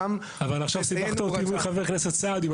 עכשיו סיבכת אותי מול חבר הכנסת סעדי.